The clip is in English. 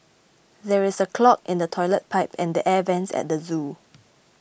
there is a clog in the Toilet Pipe and the Air Vents at the zoo